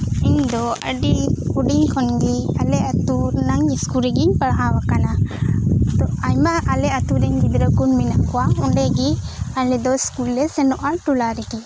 ᱤᱧ ᱫᱚ ᱟᱹᱰᱤ ᱦᱩᱰᱤᱧ ᱠᱷᱚᱱ ᱜᱮ ᱟᱞᱮ ᱟᱛᱳ ᱨᱮᱱᱟᱜ ᱤᱥᱠᱩᱞ ᱨᱮᱜᱮᱧ ᱯᱟᱲᱦᱟᱣ ᱟᱠᱟᱱᱟ ᱛᱚ ᱟᱭᱢᱟ ᱟᱞᱮ ᱟᱛᱳᱨᱮᱱ ᱜᱤᱫᱽᱨᱟᱹ ᱠᱚ ᱢᱮᱱᱟᱜ ᱠᱚᱣᱟ ᱚᱰᱮᱸᱜᱮ ᱟᱞᱮ ᱫᱚ ᱤᱥᱠᱩᱞ ᱞᱮ ᱥᱮᱱᱚᱜᱼᱟ ᱴᱚᱞᱟ ᱨᱮᱜᱮ